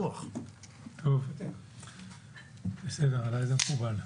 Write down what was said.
טוב, בסדר, עליי זה מקובל.